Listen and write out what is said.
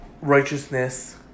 righteousness